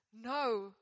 No